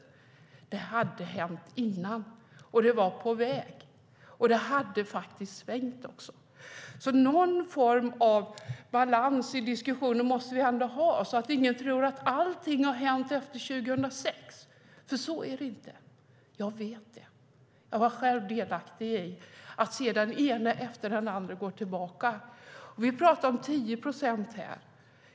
Det hade hänt innan. Det var på väg, och det hade faktiskt även svängt. Någon form av balans i diskussionen måste vi ha så att ingen tror att allt har hänt efter 2006. Så är det inte. Jag vet det. Jag var själv delaktig i att se den ena efter den andra gå tillbaka i arbete. Vi pratar här om 10 procent.